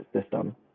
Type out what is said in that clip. system